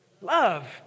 Love